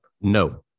No